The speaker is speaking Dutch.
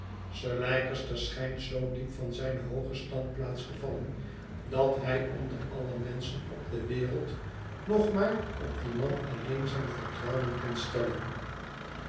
sir leicester schijnt zoo diep van zijne hooge standplaats gevallen dat hij onder alle menschen op de wereld nog maar op dien man alleen zijn vertrouwen kan stellen